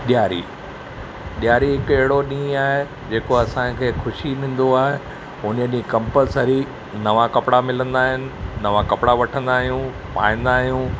ॾियारी ॾियारी हिकु अहिड़ो ॾींहुं आहे जेको असांखे ख़ुशी ॾींदो आहे उन ॾींहुं कम्पलसरी नवां कपिड़ा मिलंदा आहिनि नवां कपिड़ा वठंदा आहियूं पाईंदा आहियूं